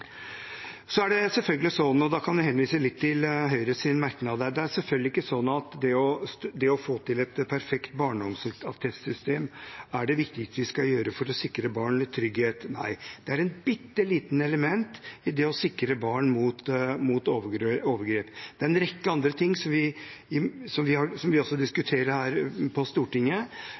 Så er det selvfølgelig ikke sånn, og da kan jeg henvise litt til Høyres merknad, at det å få til et perfekt barneomsorgsattestsystem er det viktigste vi kan gjøre for å sikre barn trygghet. Nei, det er et bitte lite element i det å sikre barn mot overgrep. Det er en rekke andre ting som vi også diskuterer her på Stortinget, som vi må gjøre for å gi barn bedre beskyttelse mot overgrep. Men vi